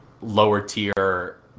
lower-tier